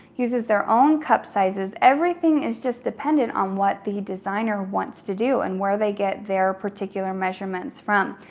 uses their own cup sizes, everything is just dependent on what the designer wants to do and where they get their particular measurements from.